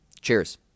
Cheers